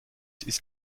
ist